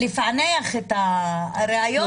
לפענח את הראיות ולעבד אותן.